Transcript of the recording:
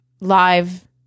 live